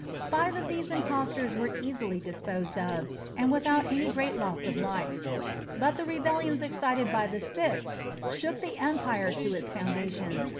five of these impostors were easily disposed of, and without any great loss of life but the rebellions excited by the sixth shook the empire to its foundations,